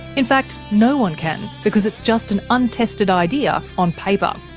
in fact, no one can, because it's just an untested idea on paper.